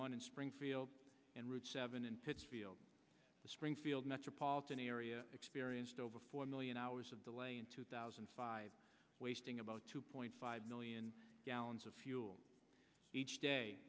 one in springfield and route seven in pittsfield springfield metropolitan area experienced over four million hours of delay in two thousand and five wasting about two point five million gallons of fuel each day